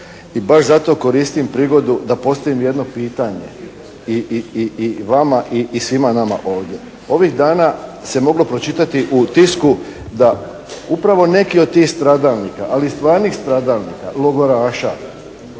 I baš zato koristim prigodu da postavim jedno pitanje i vama i svima nama ovdje. Ovih dana se moglo pročitati u tisku da upravo neki od tih stradalnika, ali stvarnih stradalnika, logoraša